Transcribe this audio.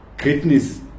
greatness